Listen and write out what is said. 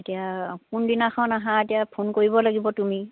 এতিয়া কোনদিনাখন আহা এতিয়া ফোন কৰিব লাগিব তুমি